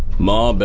my but